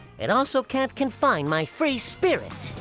it also can't confine my free spirit.